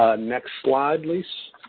ah next slide, lise.